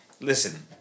Listen